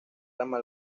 rama